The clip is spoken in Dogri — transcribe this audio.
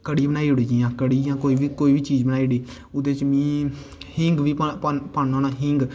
कढ़ी बनाई ओड़ी जि'यां कढ़ी कोई बी चीज बनाई ओड़ी ओह्दे च में हिंग बी पाना होना हिंग